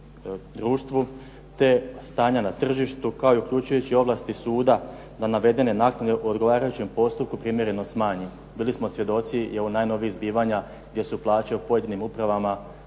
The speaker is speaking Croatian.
te stanja na tržištu, kao i uključujući ovlasti suda na navedene naknade u odgovarajućem postupku primjerno smanji. Bili smo svjedoci i ovih najnovijih zbivanja, gdje su plaće u pojedinim upravama